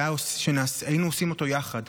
שהיינו עושים אותו יחד,